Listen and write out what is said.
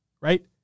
right